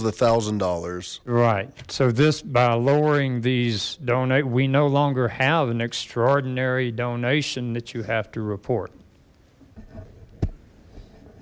the thousand dollars right so this by lowering these donate we no longer have an extraordinary donation that you have to report